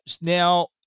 now